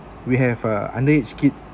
we have uh underage kids